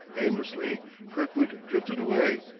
aimlessly kirkwood drifted away,